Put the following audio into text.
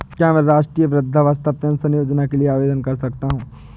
क्या मैं राष्ट्रीय वृद्धावस्था पेंशन योजना के लिए आवेदन कर सकता हूँ?